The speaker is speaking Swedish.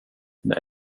nej